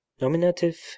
Nominative